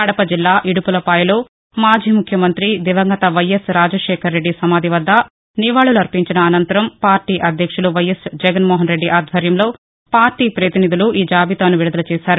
కడపజిల్లా ఇడుపులపాయలో మాజీ ముఖ్యమంతి దివంగత వైఎస్ రాజశేఖరరెడ్డి సమాధి వద్ద నివాళులర్పించిన అంనతరం పార్లీ అధ్యక్షులు జగన్నోహన్రెడ్డి ఆధ్వర్యంలో పార్లీ పతినిధులు ఈ జాబితాను విడుదల చేశారు